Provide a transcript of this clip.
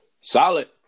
Solid